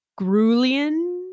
grulian